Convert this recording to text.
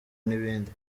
n’ibindi